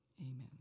Amen